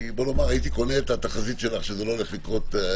הייתי קונה את התחזית שלך שזה לא הולך להגיע,